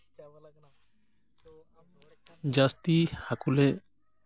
ᱡᱟᱹᱥᱛᱤ ᱦᱟᱹᱠᱩ ᱞᱮ